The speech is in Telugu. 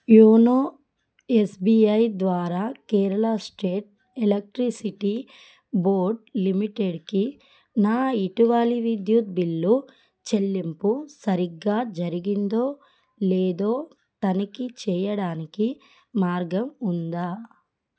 యోనో ఎస్బిఐ ద్వారా కేరళ స్టేట్ ఎలక్ట్రిసిటీ బోర్డ్ లిమిటెడ్కి నా ఇటీవలి విద్యుత్ బిల్లు చెల్లింపు సరిగ్గా జరిగిందో లేదో తనిఖీ చెయ్యడానికి మార్గం ఉందా